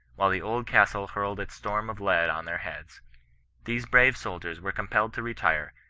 while the old castle hurled its storm of lead on their heads these brave soldiers were compelled to retire,